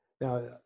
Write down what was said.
Now